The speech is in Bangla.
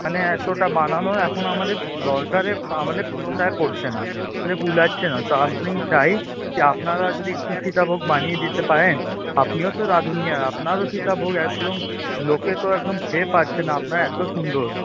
মানে এতটা বানানোর এখন আমাদের দরকারে বা আমাদের পোষায় পড়ছে না আমাদের কুলাচ্ছে না তো আমি চাই যে আপনারা যদি একটু সীতাভোগ বানিয়ে দিতে পারেন আপনিও তো রাঁধুনি আর আপনারও সীতাভোগ একদম লোকে তো একদম খেয়ে পারছে না আপনার এত সুন্দর